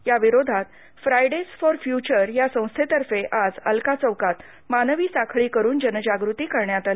या विरोधात Fridays for Future या संस्थेतर्फे आज अलका चौकात मानवी साखळी करून जनजागृती करण्यात आली